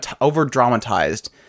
over-dramatized